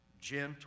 gentle